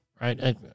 right